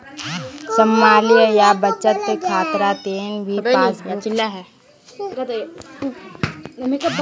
small या बचत खातार तने भी पासबुकक जारी कर छे